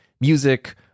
music